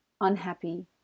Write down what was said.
unhappy